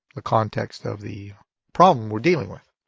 the context of the problem we're dealing with.